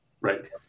Right